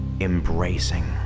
embracing